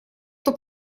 кто